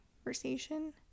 conversation